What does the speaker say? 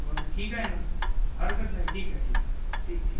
बरं ठीक आहे ना हरकत नाही ठीक आहे ठीक आहे ठीक ठीक